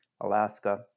Alaska